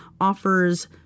offers